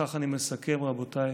ובכך אני מסכם, רבותיי,